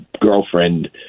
girlfriend